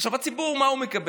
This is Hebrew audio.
עכשיו, הציבור, מה הוא מקבל?